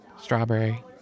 strawberry